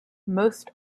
most